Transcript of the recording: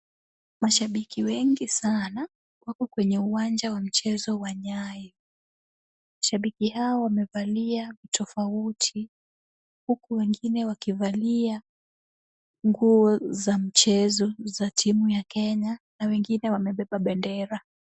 Mashabiki wengi sana wako kwenye uwanja wa mchezo wa Nyayo. Shabiki hawa wamevalia tofauti, huku wengine wakivalia nguo za mchezo za timu ya Kenya na wengine wamebeba bendera.